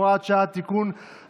הוראת שעה) (תיקון),